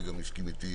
וגם הסכים איתי